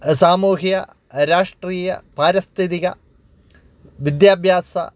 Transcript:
സാമൂഹ്യ രാഷ്ട്രീയ പാരിസ്ഥിതിക വിദ്യാഭ്യാസ